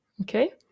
okay